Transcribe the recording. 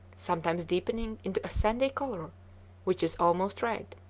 sometimes deepening into a sandy color which is almost red.